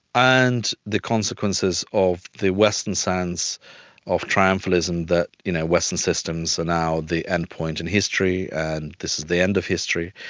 and the consequences of the western sense of triumphalism, that you know western systems are now the end point in history and this is the end of history.